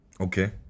Okay